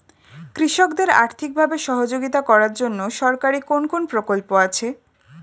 কৃষকদের আর্থিকভাবে সহযোগিতা করার জন্য সরকারি কোন কোন প্রকল্প আছে?